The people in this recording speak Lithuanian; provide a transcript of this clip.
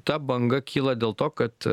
ta banga kyla dėl to kad